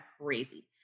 crazy